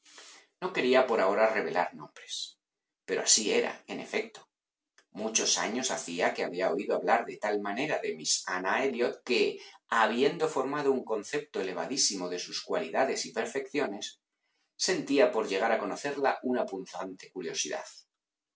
no quería por ahora revelar nombres pero así era en efecto muchos años hacía que había oído hablar de tal manera de miss ana elliot que habiendo formado un concepto elevadísimo de sus cualidades y perfecciones sentía por llegar a conocerla una punzante curiosidad